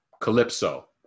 calypso